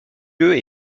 lieu